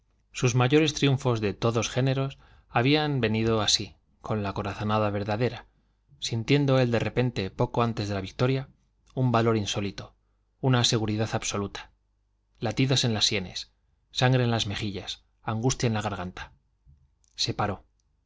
sus mayores triunfos de todos géneros habían venido así con la corazonada verdadera sintiendo él de repente poco antes de la victoria un valor insólito una seguridad absoluta latidos en las sienes sangre en las mejillas angustia en la garganta se paró